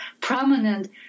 prominent